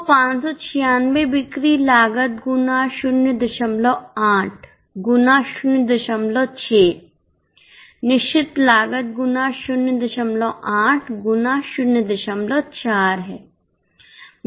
तो 596 बिक्री लागत गुना 08 गुना 06 निश्चित लागत गुना 08 गुना 04 है